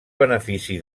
benefici